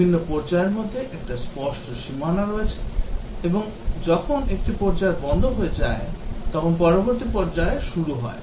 বিভিন্ন পর্যায়ের মধ্যে একটি স্পষ্ট সীমানা রয়েছে এবং যখন একটি পর্যায় বন্ধ হয়ে যায় তখন পরবর্তী পর্যায় শুরু হয়